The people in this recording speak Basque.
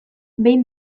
behin